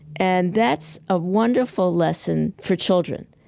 and that's a wonderful lesson for children.